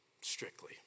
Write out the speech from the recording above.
strictly